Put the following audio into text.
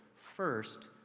first